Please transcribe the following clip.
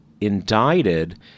indicted